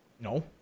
No